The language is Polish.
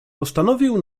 postanowił